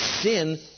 sin